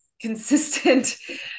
consistent